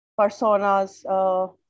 personas